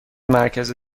مرکز